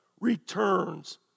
returns